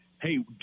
Hey